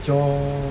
your